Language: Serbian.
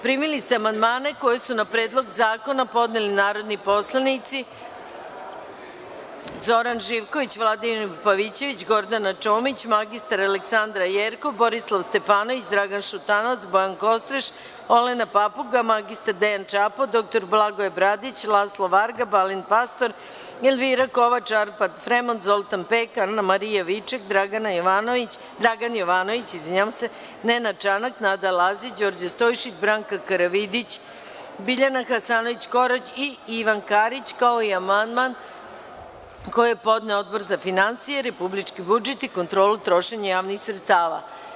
Primili ste amandmane koje su na predlog zakona podneli narodni poslanici: Zoran Živković, Vladimir Pavićević, Gordana Čomić, mr Aleksandra Jerkov, Borislav Stefanović, Dragan Šutanovac, Bojan Kostreš, Olena Papuga, mr Dejan Čapo, dr Blagoje Bradić, Laslo Varga, Balint Pastor, Elvira Kovač, Arpad Fremnod, Zoltan Pek, Anamarija Viček, Dragan Jovanović, Nenad Čanak, Nada Lazić, Đorđe Sotjšić, Branka Karavidić, Biljana Hasanović Korać i Ivan Karić, kao i amandman koji je podneo Odbor za finansije, republički budžet i kontrolu trošenja javnih sredstava.